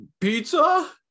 pizza